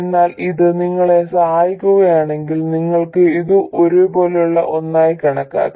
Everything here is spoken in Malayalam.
എന്നാൽ ഇത് നിങ്ങളെ സഹായിക്കുകയാണെങ്കിൽ നിങ്ങൾക്ക് ഇത് ഇതുപോലെയുള്ള ഒന്നായി കണക്കാക്കാം